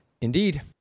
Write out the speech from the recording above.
Indeed